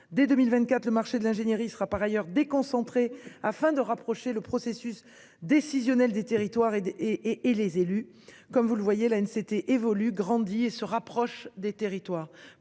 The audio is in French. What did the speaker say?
Dès 2024, le marché de l'ingénierie sera par ailleurs déconcentrer afin de rapprocher le processus décisionnel des territoires et des et et les élus, comme vous le voyez la une c'était évolue grandit et se rapproche des territoires